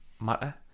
matter